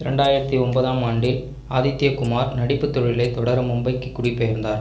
இரண்டாயிரத்து ஒன்பதாம் ஆண்டில் ஆதித்ய குமார் நடிப்புத் தொழிலைத் தொடர மும்பைக்கு குடிபெயர்ந்தார்